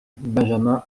benjamin